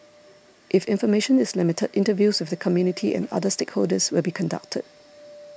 if information is limited interviews with the community and other stakeholders will be conducted